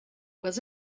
was